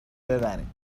ببرین